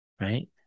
Right